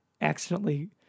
accidentally